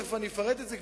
תיכף אפרט את זה,